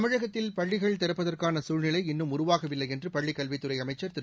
தமிழகத்தில் பள்ளிகள் திறப்பதற்கான சூழ்நிலை இன்னும் உருவாகவில்லை என்று பள்ளிக் கல்வித்துறை அமைச்சர் திரு